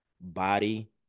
body